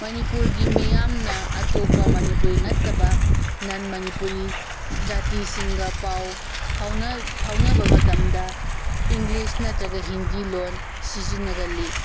ꯃꯅꯤꯄꯨꯔꯒꯤ ꯃꯤꯌꯥꯝꯅ ꯑꯇꯣꯞꯄ ꯃꯅꯤꯄꯨꯔꯤ ꯅꯠꯇꯕ ꯅꯟ ꯃꯅꯤꯄꯨꯔꯤ ꯖꯥꯇꯤꯁꯤꯡꯒ ꯄꯥꯎ ꯐꯥꯎꯅ ꯐꯥꯎꯅꯕ ꯃꯇꯝꯗ ꯏꯪꯂꯤꯁ ꯅꯠꯇꯔꯒ ꯍꯤꯟꯗꯤ ꯂꯣꯟ ꯁꯤꯖꯤꯟꯅꯒꯜꯂꯤ